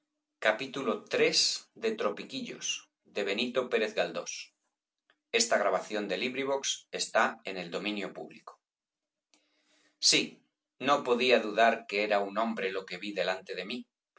iii sí no podía dudar que era un hombre lo que vi delante de mí